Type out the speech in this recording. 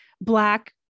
black